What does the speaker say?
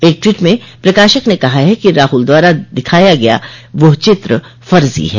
एक ट्वीट में प्रकाशक ने कहा है कि राहुल द्वारा दिखाया गया वह चित्र फर्जी है